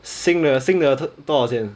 新的新的多少钱